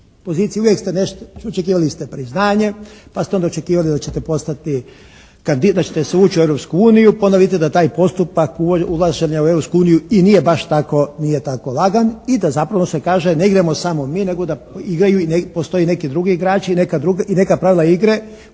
Pozicije, uvijek ste nešto, očekivali ste priznanje, pa ste onda očekivali da ćete postati kandidat, da ćete ući u Europsku uniju. Pa onda vidite da taj postupak ulaženja u Europsku uniju i nije baš tako lagan i da zapravo se kaže ne idemo samo i mi nego da igraju i postoje neki drugi igrači i neka pravila igre